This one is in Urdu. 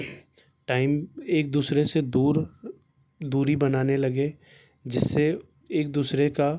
ٹائم ایک دوسرے سے دور دوری بنانے لگے جس سے ایک دوسرے کا